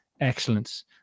excellence